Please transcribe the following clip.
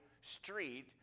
street